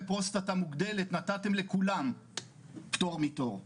פרוסטטה מוגדלת נתתם לכולם פטור מתור,